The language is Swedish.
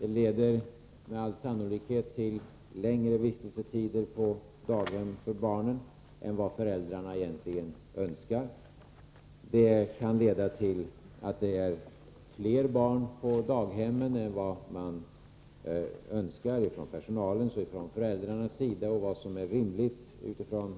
Det leder med all sannolikhet till längre vistelsetider på daghem för barnen än vad föräldrarna egentligen önskar. Det kan leda till att det blir fler barn på daghemmen än vad personalen och föräldrarna önskar och vad som är rimligt utifrån